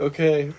Okay